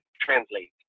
translate